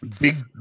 big